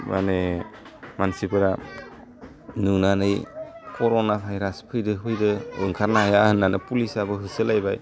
माने मानसिफोरा नुनानै कर'ना भाइरास फैदो फैदो ओंखारनो हाया होन्नानै पुलिसाबो होसोलाबाय